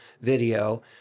video